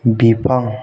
बिफां